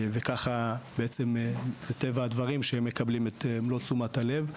וככה בעצם זה טבע הדברים שהם מקבלים את מלוא תשומת הלב.